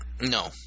No